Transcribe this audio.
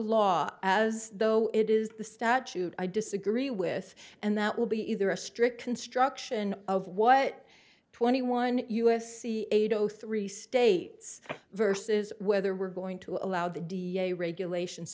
law as though it is the statute i disagree with and that will be either a strict construction of what twenty one u s c eight o three states versus whether we're going to allow the do ya a regulation